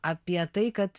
apie tai kad